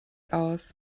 aus